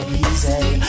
easy